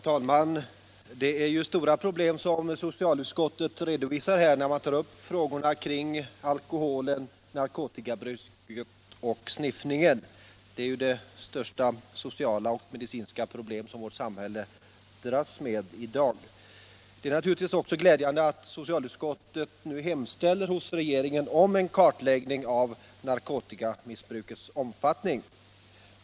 Herr talman! Socialutskottet redovisar stora problem, när det tar upp frågorna kring alkoholoch narkotikamissbruket samt sniffningen, de största sociala och medicinska problem som vårt samhälle dras med i dag. Det är naturligtvis glädjande att socialutskottet hemställer hos regeringen om en kartläggning av narkotikamissbrukets omfattning.